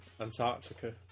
Antarctica